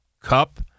Cup